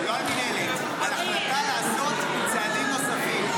לא, לא על מינהלת, על החלטה לעשות צעדים נוספים.